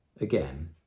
Again